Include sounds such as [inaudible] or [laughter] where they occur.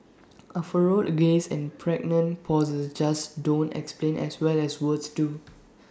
[noise] A furrowed gaze and pregnant pauses just don't explain as well as words do